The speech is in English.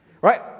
Right